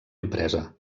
empresa